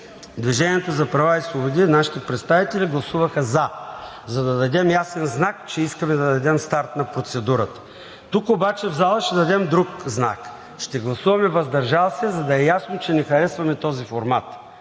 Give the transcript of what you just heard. „Движението за права и свободи“, в комисиите гласуваха „за“, за да дадем ясен знак, че искаме да дадем старт на процедурата. Тук обаче в залата ще дадем друг знак – ще гласуваме „въздържал се“, за да е ясно, че не харесваме този формат